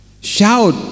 Shout